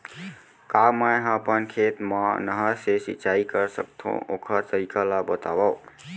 का मै ह अपन खेत मा नहर से सिंचाई कर सकथो, ओखर तरीका ला बतावव?